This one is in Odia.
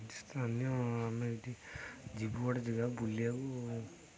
ସ୍ଥାନୀୟ ଆମେ ଏଠି ଯିବୁ ଗୋଟେ ଯାଗାକୁ ବୁଲିବାକୁ